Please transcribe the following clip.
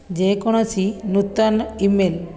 ଯେକୌଣସି ନୂତନ ଇମେଲ୍